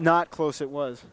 not close it was